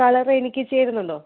colour എനിക്ക് ചേരുന്നുണ്ടോ